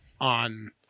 on